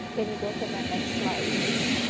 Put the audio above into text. can you go to the next slide, please?